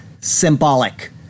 symbolic